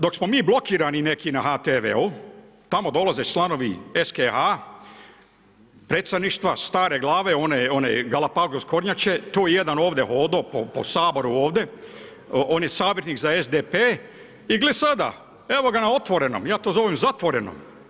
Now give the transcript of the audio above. Dok smo mi blokirani neki na HTV-u, tamo dolaze članovi SKH-a, predstavništva, stare glave, one Galapagos kornjače, tu je jedan ovdje hodao po Saboru ovdje, on je savjetnik za SDP, i gle sada, evo ga na Otvorenom, ja to zovem Zatvoreno.